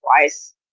twice